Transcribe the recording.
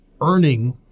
earning